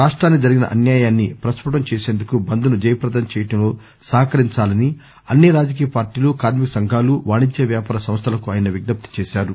రాష్టానికి జరిగిన అన్యాయాన్ని ప్రస్పుటం చేసేందుకు బంద్ ను జయప్రదం చేయడంలో సహకరించాలని అన్ని రాజకీయ పార్టీలు కార్మిక సంఘాలు వాణిజ్య వ్యాపార సంస్థలకు ఆయన విజ్ఞప్తి చేశారు